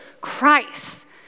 Christ